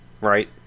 Right